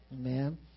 Amen